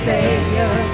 Savior